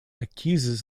accuses